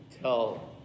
tell